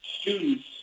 students